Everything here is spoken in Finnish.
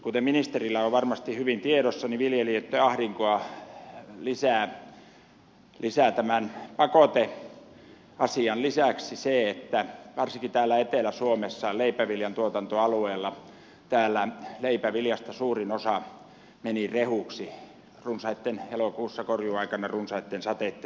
kuten ministerillä on varmasti hyvin tiedossa viljelijöitten ahdinkoa lisää tämän pakoteasian lisäksi se että varsinkin täällä etelä suomessa leipäviljan tuotantoalueella leipäviljasta suurin osa meni rehuksi elokuun korjuuajan runsaitten sateitten vuoksi